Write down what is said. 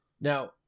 Now